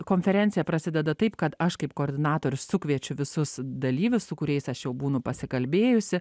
konferencija prasideda taip kad aš kaip koordinatorius sukviečiau visus dalyvius su kuriais aš jau būnu pasikalbėjusi